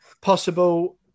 possible